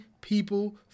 people